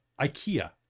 IKEA